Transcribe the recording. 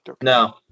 No